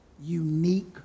unique